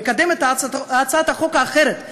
לקדם את הצעת החוק האחרת,